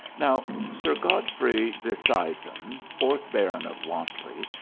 now, sir godfrey disseisin, fourth baron of wantley,